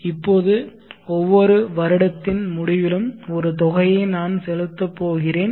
இப்போது ஒவ்வொரு வருடத்தின் முடிவிலும் ஒரு தொகையை நான் செலுத்தப் போகிறேன்